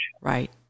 Right